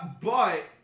but-